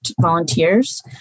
volunteers